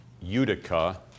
Utica